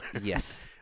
Yes